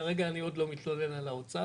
כרגע אני עוד לא מתלונן על האוצר,